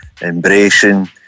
embracing